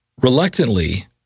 Reluctantly